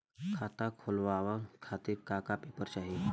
खाता खोलवाव खातिर का का पेपर चाही?